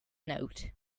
note